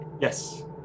Yes